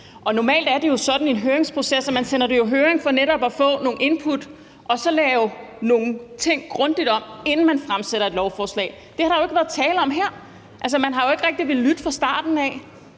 Normalt er det jo sådan i en høringsproces, at man sender det i høring for netop at få nogle input og så lave nogle ting grundigt om, inden man fremsætter et lovforslag. Det har der jo ikke været tale om her. Altså, man har ikke rigtig villet lytte fra starten af,